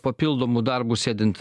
papildomu darbu sėdint